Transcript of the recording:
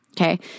okay